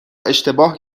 اشتباه